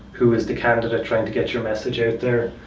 who is the candidate, trying to get your message out there,